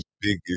biggest